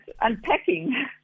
unpacking